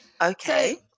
Okay